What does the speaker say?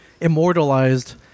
immortalized